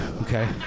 okay